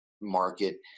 market